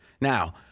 Now